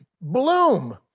bloom